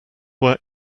work